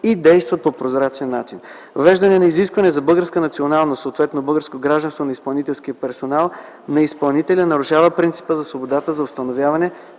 и действат по прозрачен начин. Въвеждането на изискване за българска националност, съответно българско гражданство на изпълнителския персонал, на изпълнителя, нарушава принципа за свободата за установяване